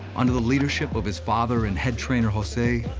under the leadership of his father and head trainer, jose,